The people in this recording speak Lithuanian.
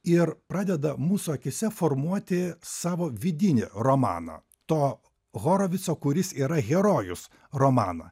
ir pradeda mūsų akyse formuoti savo vidinį romaną to horovico kuris yra herojus romaną